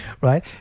right